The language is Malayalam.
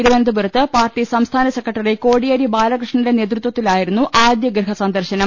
തിരുവനന്തപുരത്ത് പാർട്ടി സംസ്ഥാന സെക്രട്ടറി കോടിയേരി ബാലകൃഷ്ണന്റെ നേതൃത്വത്തിലായിരുന്നു ആദ്യ ഗൃഹസന്ദർശനം